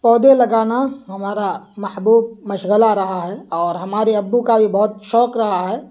پودھے لگانا ہمارا محبوب مشغلہ رہا ہے اور ہمارے ابو کا بھی بہت شوق رہا ہے